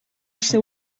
ser